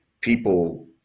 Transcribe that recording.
people